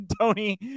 tony